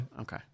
okay